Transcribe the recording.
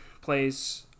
plays